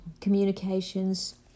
communications